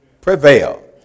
prevail